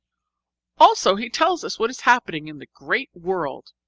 also he tells us what is happening in the great world.